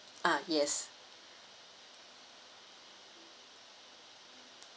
ah yes